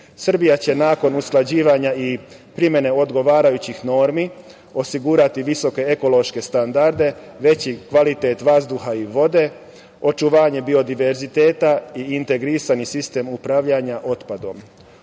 EU.Srbija će nakon usklađivanja i primene odgovarajućih normi osigurati visoke ekološke standarde, veći kvalitet vazduha i vode, očuvanje biodiverziteta i integrisani sistem upravljanja otpadom.